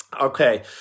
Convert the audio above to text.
Okay